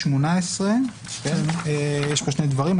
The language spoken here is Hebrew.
18, יש פה שני דברים.